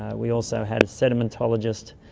ah we also had a sedimentologist,